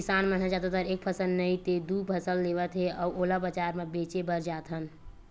किसान मन ह जादातर एक फसल नइ ते दू फसल लेवत हे अउ ओला बजार म बेचे बर जाथन